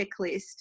checklist